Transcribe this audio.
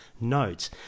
notes